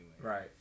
Right